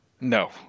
No